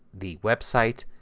the web site,